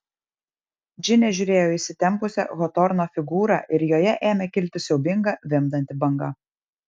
džinė žiūrėjo į įsitempusią hotorno figūrą ir joje ėmė kilti siaubinga vimdanti banga